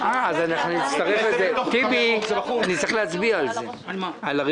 --- טיבי, נצטרך להצביע על הרוויזיה.